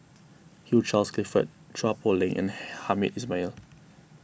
Hugh Charles Clifford Chua Poh Leng and Hamed Ismail